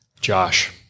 Josh